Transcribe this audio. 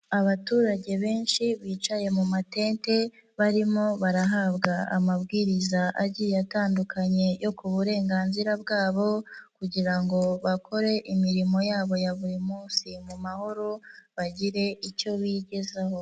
Abaturage benshi bicaye mu matente barimo barahabwa amabwiriza agiye atandukanye yo ku burenganzira bwabo kugira ngo bakore imirimo yabo ya buri munsi mu mahoro, bagire icyo biyigezaho.